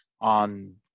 on